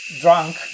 drunk